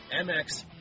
MX